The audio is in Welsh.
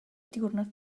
diwrnod